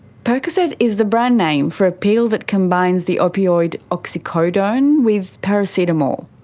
percocet is the brand name for a pill that combines the opioid oxycodone with paracetamol.